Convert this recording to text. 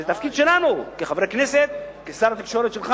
וזה תפקיד שלנו כחברי הכנסת, ושלך כשר התקשורת,